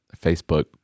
Facebook